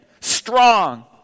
Strong